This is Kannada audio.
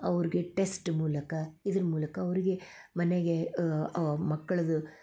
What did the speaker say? ಅವ್ರ್ಗೆ ಟೆಸ್ಟ್ ಮೂಲಕ ಇದ್ರ ಮೂಲಕ ಅವ್ರ್ಗೆ ಮನೆಗೆ ಮಕ್ಕಳದು